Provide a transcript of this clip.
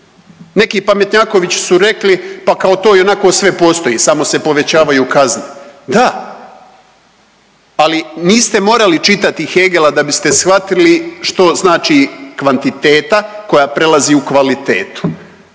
Neki pametnjakovići su rekli pa kao to ionako sve postoji samo se povećavaju kazne, da ali niste morali čitati Hegela da biste shvatili što znači kvantiteta koja prelazi u kvalitetu.